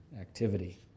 Activity